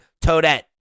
Toadette